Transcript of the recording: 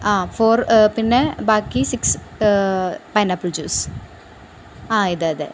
ആ ഫോർ പിന്നെ ബാക്കി സിക്സ് പൈനാപ്പിൾ ജ്യൂസ് ആ ഇത് അതെ